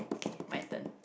K my turn